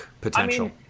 potential